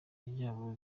ryabo